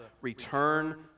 return